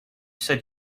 said